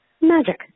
Magic